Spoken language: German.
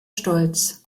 stolz